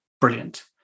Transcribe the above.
Brilliant